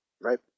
right